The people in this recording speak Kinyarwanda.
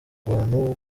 bantu